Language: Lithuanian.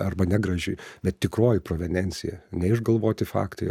arba negraži bet tikroji proveniencija neišgalvoti faktai